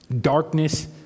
darkness